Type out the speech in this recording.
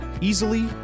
easily